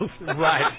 Right